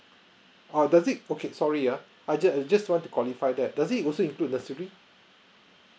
or does it okay sorry uh I just just want to qualify that does it also include nursery